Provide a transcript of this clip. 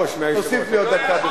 תוסיף לי עוד דקה.